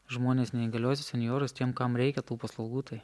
žmones neįgaliuosius senjorus tiem kam reikia tų paslaugų tai